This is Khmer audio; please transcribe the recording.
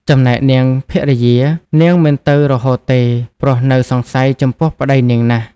ចំណែកនាងភរិយា នាងមិនទៅរហូតទេ ព្រោះនៅសង្ស័យចំពោះប្ដីនាងណាស់